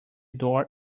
door